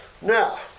now